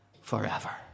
forever